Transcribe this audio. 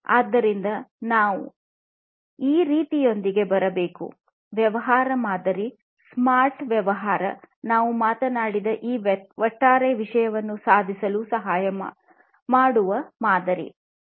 ಆದ್ದರಿಂದ ನಾವು ಈ ರೀತಿಯೊಂದಿಗೆ ಬರಬೇಕಾಗಿದೆ ವ್ಯವಹಾರ ಮಾದರಿ ಸ್ಮಾರ್ಟ್ ವ್ಯವಹಾರ ನಾವು ಮಾತನಾಡಿದ ಈ ಒಟ್ಟಾರೆ ವಿಷಯವನ್ನು ಸಾಧಿಸಲು ಸಹಾಯ ಮಾಡುವ ಮಾದರಿ ಆಗಿವೆ